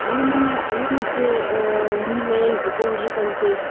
ꯔꯨꯝꯁꯦ ꯃꯤ ꯂꯩꯌꯦꯕꯀꯣ ꯍꯧꯖꯤꯛ ꯀꯥꯟꯁꯦ